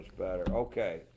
Okay